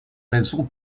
raison